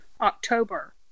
October